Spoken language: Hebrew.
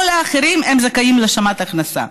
כל האחרים זכאים להשלמת הכנסה.